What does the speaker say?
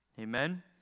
Amen